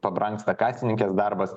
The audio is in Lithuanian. pabrangsta kasininkės darbas